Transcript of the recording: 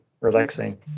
relaxing